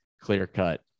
clear-cut –